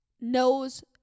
knows